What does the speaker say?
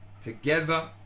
together